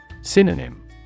Synonym